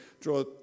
draw